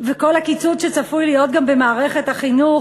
וכל הקיצוץ שצפוי גם במערכת החינוך,